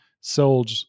sold